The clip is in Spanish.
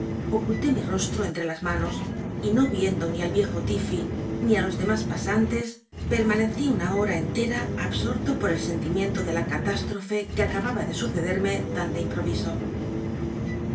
oculté mi rostro entrc las manos y no viendo ni al viejo tiffey ni á los dcmas pasantes permanecí una hora entera ab'sorto por el sentimiento de la calúsllofc que acababa de sucedctmc tan de impoviso